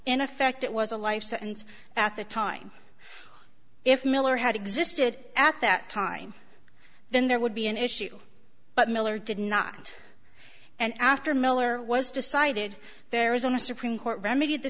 in effect it was a life sentence at the time if miller had existed at that time then there would be an issue but miller did not and after miller was decided there isn't a supreme court remedy the